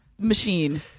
machine